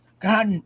God